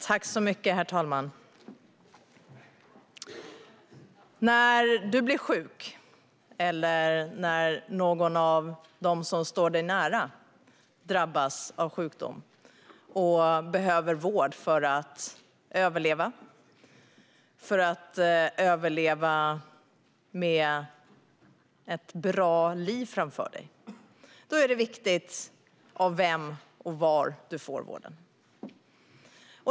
Herr talman! När man blir sjuk eller när någon av dem som står en nära drabbas av sjukdom och behöver vård för att överleva och kunna leva ett bra liv är det viktigt av vem och var man får vården.